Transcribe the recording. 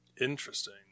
Interesting